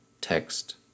text